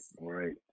right